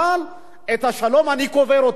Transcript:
אבל את השלום אני קובר.